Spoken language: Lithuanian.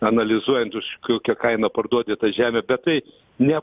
analizuojant už kokią kainą parduodi tą žemę bet tai ne